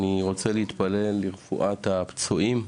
ואני רוצה להתפלל לרפואת הפצועים.